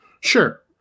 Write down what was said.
Sure